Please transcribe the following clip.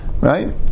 right